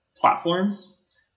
platforms